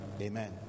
Amen